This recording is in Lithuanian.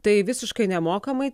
tai visiškai nemokamai